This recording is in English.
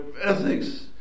ethics